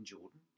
Jordan